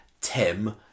Tim